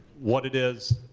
what it is,